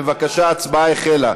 בבקשה, ההצבעה החלה.